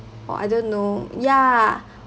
or I don't know ya